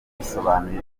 bisobanuye